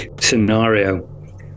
scenario